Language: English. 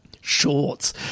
shorts